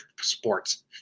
sports